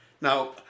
Now